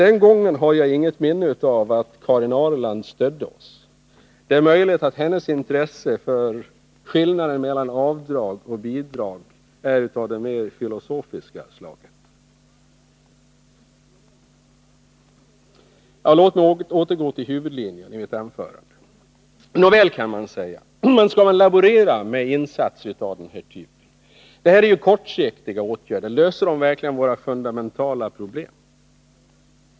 Jag har emellertid inget minne av att Karin Ahrland på den punkten stödde oss. Det är möjligt att hennes intresse för skillnaden mellan avdrag och bidrag är av det mer filosofiska slaget. Låt mig återgå till huvudlinjen i mitt anförande. Nåväl, kan man säga, men skall man laborera med insatser av den här typen? Det är ju kortsiktiga åtgärder. Löser de verkligen våra fundamentala problem?